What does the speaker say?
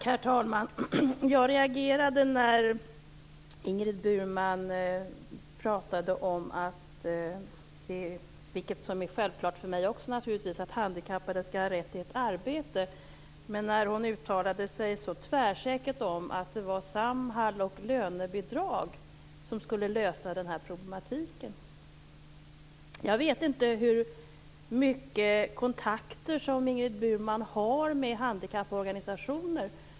Herr talman! Jag reagerade när Ingrid Burman talade om - vilket naturligtvis är självklart för mig också - att handikappade skall ha rätt till ett arbete, eftersom hon uttalade sig så tvärsäkert om att det var Samhall och lönebidrag som skulle lösa problematiken. Jag vet inte hur mycket kontakter Ingrid Burman har med handikapporganisationer.